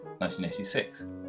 1986